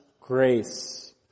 grace